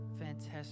fantastic